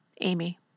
Amy